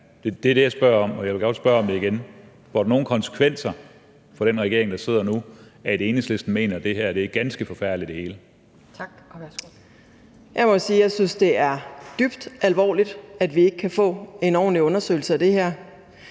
Det er det, jeg spørger om. Og jeg vil godt spørge om det igen: Får det nogle konsekvenser for den regering, der sidder nu, at Enhedslisten mener, at det hele her er ganske forfærdeligt? Kl. 17:58 Anden næstformand (Pia Kjærsgaard): Tak, og værsgo. Kl. 17:58 Eva Flyvholm (EL): Jeg må sige, at jeg synes, det er dybt alvorligt, at vi ikke kan få en ordentlig undersøgelse af det her.